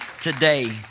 today